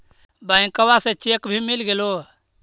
बैंकवा से चेक भी मिलगेलो?